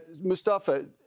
Mustafa